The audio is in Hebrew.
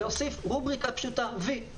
יש להוסיף רובריקה פשוטה: "וי"